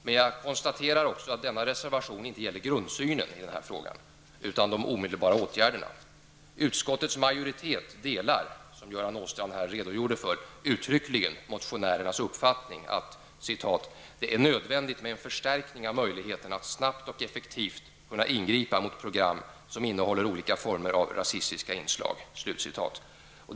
Men jag konstaterar också att denna reservation inte gäller grundsynen i frågan utan de omedelbara åtgärderna. Utskottsmajoriteten delar, som Göran Åstrand redogjorde för, uttryckligen motionärernas uppfattning att ''det är nödvändigt med en förstärkning av möjligheterna att snabbt och effektivt kunna ingripa mot program som innehåller olika former av rasistiska inslag.''